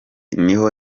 niho